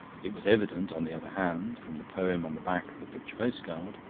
it was evident, on the other hand, from the poem on the back of the picture postcard,